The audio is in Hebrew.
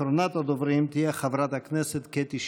אחרונת הדוברים תהיה חברת הכנסת קטי שטרית.